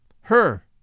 Her